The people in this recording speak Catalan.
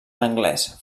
anglès